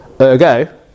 Ergo